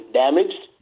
damaged